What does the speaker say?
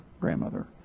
grandmother